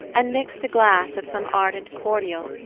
and mixed a glass of some ardent cordial,